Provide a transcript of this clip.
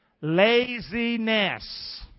laziness